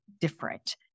different